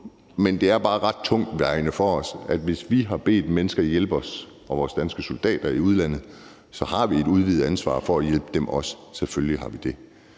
men det er bare ret tungtvejende for os, at hvis vi har bedt mennesker om at hjælpe os og vores danske soldater i udlandet, har vi et udvidet ansvar for også at hjælpe dem. Selvfølgelig har vi det.